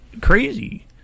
crazy